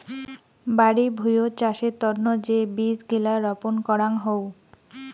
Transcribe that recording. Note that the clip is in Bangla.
বাড়ি ভুঁইয়ত চাষের তন্ন যে বীজ গিলা রপন করাং হউ